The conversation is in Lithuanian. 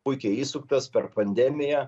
puikiai įsuktas per pandemiją